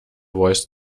voice